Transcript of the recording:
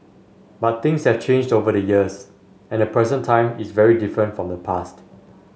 but things have changed over the years and the present time is very different from the past